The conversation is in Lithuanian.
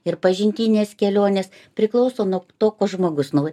ir pažintinės kelionės priklauso nuo to ko žmogus nori